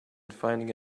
finding